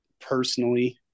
personally